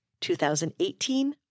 2018